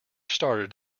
started